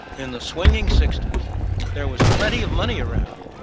in the swinging sixty s there was plenty of money around,